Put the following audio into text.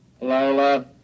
Lola